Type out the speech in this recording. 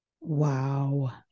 Wow